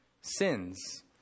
sins